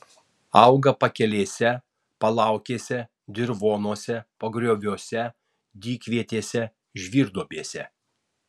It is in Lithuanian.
auga pakelėse palaukėse dirvonuose pagrioviuose dykvietėse žvyrduobėse